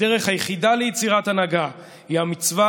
"הדרך היחידה ליצירת הנהגה היא המצווה